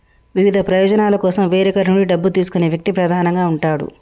వివిధ ప్రయోజనాల కోసం వేరొకరి నుండి డబ్బు తీసుకునే వ్యక్తి ప్రధానంగా ఉంటాడు